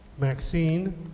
Maxine